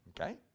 Okay